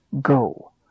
go